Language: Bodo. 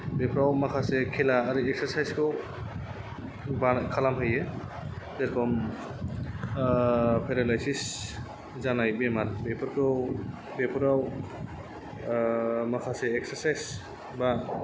बेफोराव माखासे खेला आरो एक्सारसायसखौ बानो खालामहोयो जेरखम पेरालायसिस जानाय बेमार बेफोरखौ बेफोराव माखासे एक्सारसायस बा